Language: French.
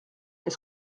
est